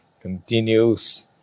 continues